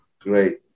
Great